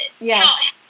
Yes